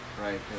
right